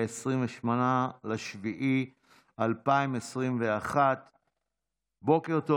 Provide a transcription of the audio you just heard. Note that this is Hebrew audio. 28 ביולי 2021. בוקר טוב.